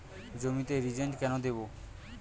জমিতে রিজেন্ট কেন দেবো?